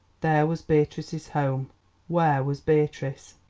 there was beatrice's home where was beatrice?